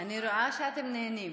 אני רואה שאתם נהנים.